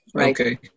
Okay